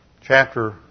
chapter